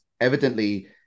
evidently